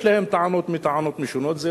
יש להם טענות מטענות משונות,